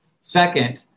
Second